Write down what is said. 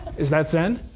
is that zen?